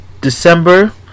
december